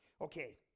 Okay